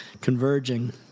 converging